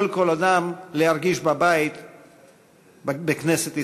יכול כל אדם להרגיש בבית בכנסת ישראל.